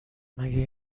مگه